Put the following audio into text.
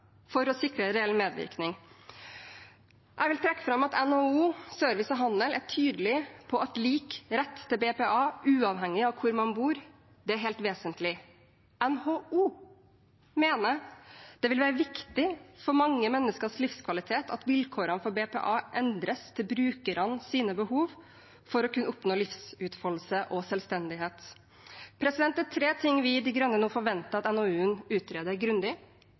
for å sikre reell medvirkning. Jeg vil trekke fram at NHO Service og Handel er tydelig på at lik rett til BPA, uavhengig av hvor man bor, er helt vesentlig. NHO mener det vil være viktig for mange menneskers livskvalitet at vilkårene for BPA endres til brukernes behov for å kunne oppnå livsutfoldelse og selvstendighet. Det er tre ting vi i De Grønne nå forventer at NOU-en utreder grundig.